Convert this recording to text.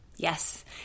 Yes